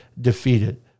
defeated